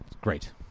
Great